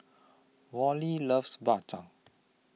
Wally loves Bak Chang